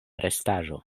restaĵo